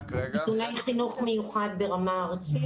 חינוך מיוחד ברמה ארצית.